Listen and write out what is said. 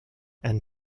and